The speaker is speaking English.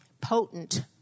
potent